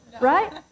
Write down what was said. right